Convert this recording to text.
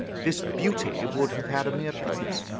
this beauty would have had a mere pittance,